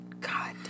God